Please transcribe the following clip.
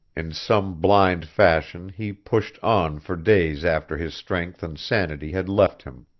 in some blind fashion he pushed on for days after his strength and sanity had left him.